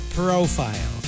profile